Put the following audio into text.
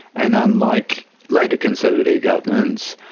and unlike later conservative governments,